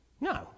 No